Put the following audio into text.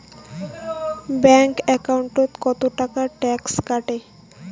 Bank একাউন্টত কতো টাকা ট্যাক্স কাটে?